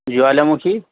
جوالا مکھی